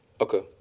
Okay